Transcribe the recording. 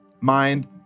mind